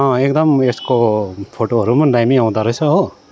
अँ एकदम उएसको फोटोहरू पनि दामी आउँदो रहेछ हो